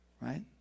Right